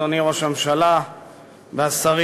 אדוני ראש הממשלה והשרים,